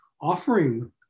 offering